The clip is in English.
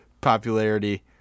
popularity